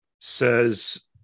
says